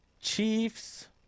Chiefs